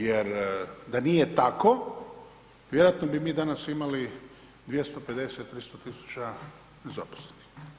Jer da nije tako, vjerojatno bi mi danas imali 250, 300 tisuća nezaposlenih.